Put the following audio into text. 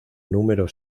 número